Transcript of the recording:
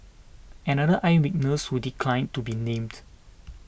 another eye witness who declined to be named